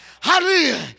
Hallelujah